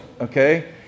okay